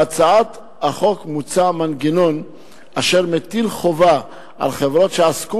בהצעת החוק מוצע מנגנון אשר מטיל חובה על חברות שעסקו